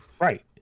right